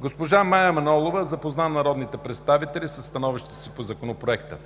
Госпожа Мая Манолова запозна народните представители със становището си по Законопроекта.